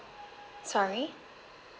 sorry